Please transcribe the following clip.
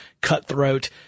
cutthroat